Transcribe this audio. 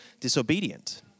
disobedient